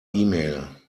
email